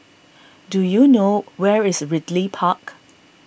do you know where is Ridley Park